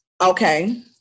Okay